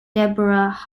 deborah